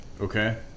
okay